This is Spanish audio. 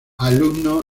alumno